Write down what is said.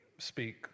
speak